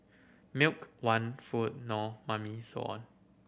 milk want food no mummy so on